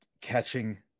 catching